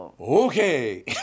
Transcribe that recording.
Okay